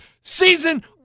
Season